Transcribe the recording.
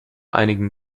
einigen